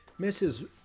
Mrs